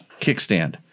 kickstand